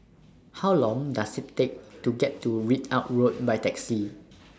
How Long Does IT Take to get to Ridout Road By Taxi